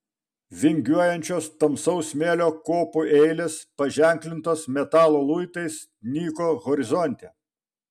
vingiuojančios tamsaus smėlio kopų eilės paženklintos metalo luitais nyko horizonte